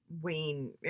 Wayne